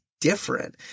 different